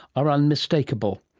are unmistakable.